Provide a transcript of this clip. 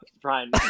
Brian